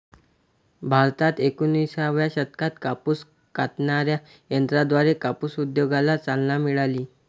भारतात एकोणिसाव्या शतकात कापूस कातणाऱ्या यंत्राद्वारे कापूस उद्योगाला चालना मिळाली